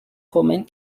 romaine